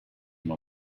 them